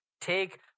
take